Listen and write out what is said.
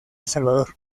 salvador